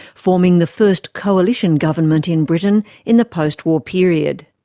forming the first coalition government in britain in the post-war period.